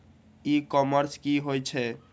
ई commerce की होय छेय?